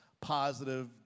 positive